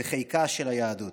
אל חיקה של היהדות,